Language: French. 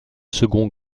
second